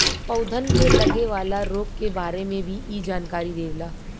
पौधन के लगे वाला रोग के बारे में भी इ जानकारी देवला